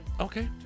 Okay